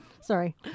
Sorry